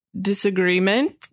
disagreement